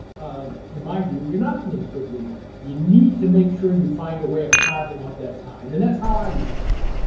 in my view, you're not being a good leader. you need to make sure you find a way of carving out that time and that's how i used to do it.